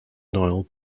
nile